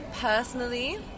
Personally